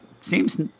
Seems